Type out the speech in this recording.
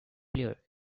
player